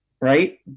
right